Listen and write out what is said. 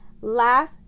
laugh